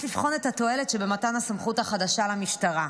לבחון את התועלת שבמתן הסמכות החדשה למשטרה.